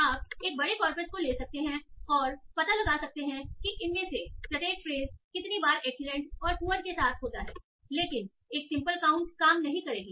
आप एक बड़े कॉर्पस को ले सकते हैं और पता लगा सकते हैं कि इनमें से प्रत्येक फ्रेस कितनी बार एक्सीलेंट और पुअर के साथ होता है लेकिन एक सिंपल काउंट काम नहीं करेगी